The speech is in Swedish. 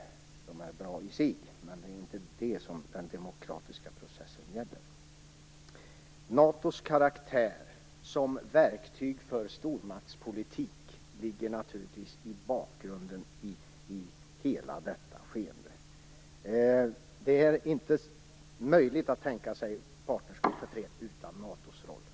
Sådana är bra i sig, men det är inte detta som den demokratiska processen gäller. NATO:s karaktär av verktyg för stormaktspolitik ligger naturligtvis som bakgrund till hela detta skeende. Det är inte möjligt att tänka sig Partnerskap för fred utan NATO:s roll.